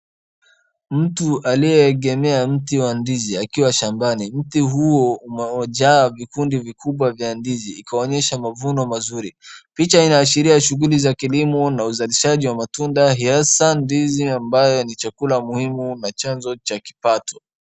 Mtu aliyeegemea mti wa ndizi akiwa shambani, mti huo uliojaa vikundi vikubwa vya ndizi ikaonyesha mavuno mazuri. Picha inaashilia shughuli za kilimo na uzalishaji wa matunda hasa ndizi ambayo ni chakula muhimu na chanzo cha kipato.